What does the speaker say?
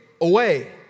away